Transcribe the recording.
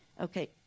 Okay